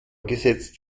gesetzt